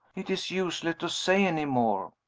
it is useless to say any more.